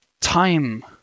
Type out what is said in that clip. time